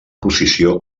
posició